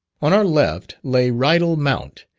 on our left, lay rydal mount,